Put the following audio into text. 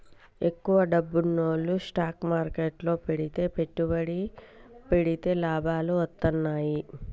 ఎక్కువ డబ్బున్నోల్లు స్టాక్ మార్కెట్లు లో పెట్టుబడి పెడితే లాభాలు వత్తన్నయ్యి